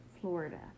Florida